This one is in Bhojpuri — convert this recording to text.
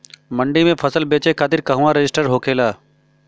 मंडी में फसल बेचे खातिर कहवा रजिस्ट्रेशन होखेला?